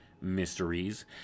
mysteries